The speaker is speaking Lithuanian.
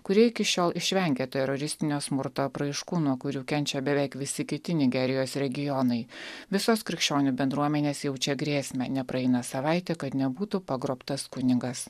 kuri iki šiol išvengė teroristinio smurto apraiškų nuo kurių kenčia beveik visi kiti nigerijos regionai visos krikščionių bendruomenės jaučia grėsmę nepraeina savaitė kad nebūtų pagrobtas kunigas